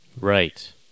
Right